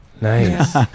Nice